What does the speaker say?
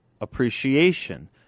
appreciation